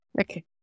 okay